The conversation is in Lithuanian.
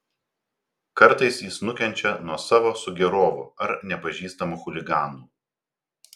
kartais jis nukenčia nuo savo sugėrovų ar nepažįstamų chuliganų